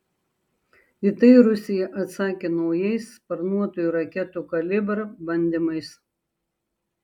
į tai rusija atsakė naujais sparnuotųjų raketų kalibr bandymais